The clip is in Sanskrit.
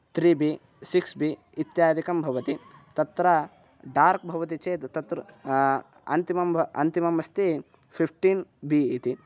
त्रि बि सिक्स् बि इत्यादिकं भवति तत्र डार्क् भवति चेत् तत्र अन्तिमं भ अन्तिमम् अस्ति फ़िफ़्टीन् बि इति